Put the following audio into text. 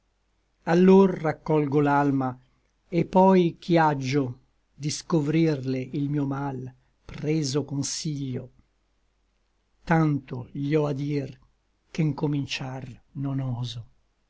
doglioso allor raccolgo l'alma et poi ch'i aggio di scovrirle il mio mal preso consiglio tanto gli ò a dir che ncominciar non oso